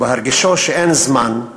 ובהרגישו שאין זמן,